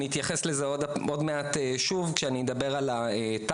אני אתייחס לזה עוד מעט שוב כאשר אני אדבר על התע"ס.